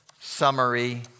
summary